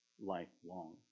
lifelong